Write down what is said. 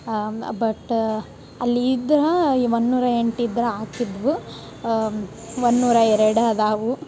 but ಅಲ್ಲಿ ಇದ್ರಾ ಈ ಒನ್ನೂರ ಎಂಟಿದ್ರ ಆಗ್ತಿದ್ವು ಒನ್ನೂರ ಎರಡು ಅದಾವು